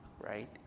right